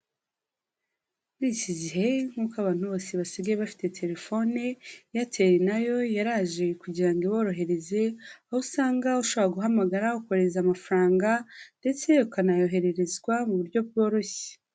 Muri iki gihe nk'uko abantu bose basigaye bafite telefone airtel nayo yaraje kugira ngo iborohereze, aho usanga ushabora guhamagara, ukohereza amafaranga ndetse ukanayohererezwa mu buryo bworoshye.